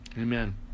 Amen